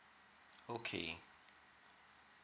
okay